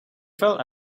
fell